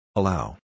Allow